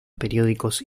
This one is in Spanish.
periódicos